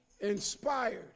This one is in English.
inspired